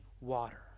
water